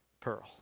pearl